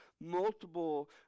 multiple